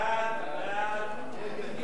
ההצעה להעביר